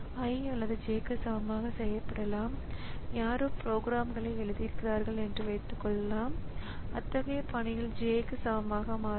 எனவே அந்த வழியில் ஆப்டிகல் சாதனத்தைப் ரீட் செய்ய நேரம் எடுக்கும் இது இடமாற்றம் செய்த டேட்டாவை பெற சிறிது நேரம் எடுக்கும்